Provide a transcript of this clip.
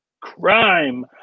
Crime